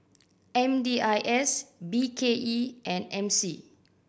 M D I S B K E and M C